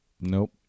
Nope